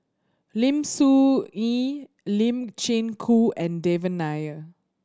Lim Soo Ngee Lee Chin Koon and Devan Nair